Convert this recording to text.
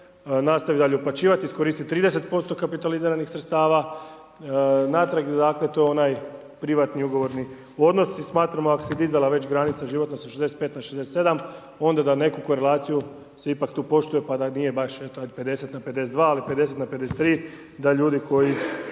nastavi dalje uplaćivati, iskoristi 30% kapitaliziranih sredstava, natrag, dakle to je onaj privatni ugovorni odnos i smatramo ako se dizala već granica životna sa 65 na 67 onda da neku korelaciju se ipak tu poštuje da pa nije baš eto od 50 na 52 ali od 50 na 53 da ljudi koji